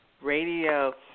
Radio